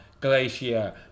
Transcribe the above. glacier